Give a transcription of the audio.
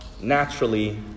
naturally